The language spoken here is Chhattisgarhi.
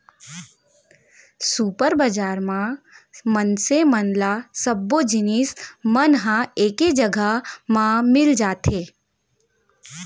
सुपर बजार म मनसे मन ल सब्बो जिनिस मन ह एके जघा म मिल जाथे